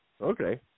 Okay